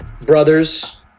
brothers